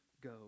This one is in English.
go